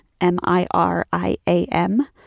M-I-R-I-A-M